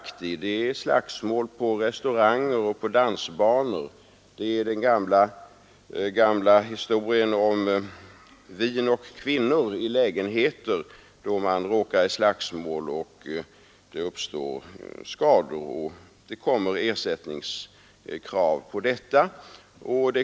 Det är t.ex. fråga om slagsmål på restauranger och på dansbanor eller den gamla historien om vin och kvinnor i lägenheter, varvid det uppstår bråk och skador med därpå följande ersättningskrav.